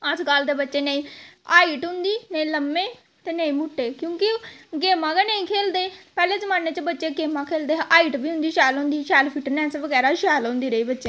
अजकल्ल दे बच्चे नेईं हाईट होंदी नेईं लम्मे ते नेईं मुट्टे क्योंकि गेमां गै नेईं खेल्लदे पैह्ले जमानै च बच्चे गेमां खेल्लदे हाईट बी होंदी ही शैल फिटनैस बगैरा बी शैल होंदी रेही बच्चें दी